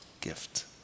gift